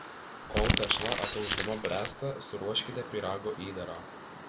kol tešla ataušdama bręsta suruoškite pyrago įdarą